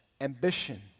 Ambition